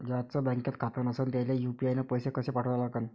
ज्याचं बँकेत खातं नसणं त्याईले यू.पी.आय न पैसे कसे पाठवा लागन?